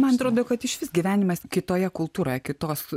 man atrodo kad išvis gyvenimas kitoje kultūroje kitos